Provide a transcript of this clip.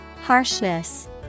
Harshness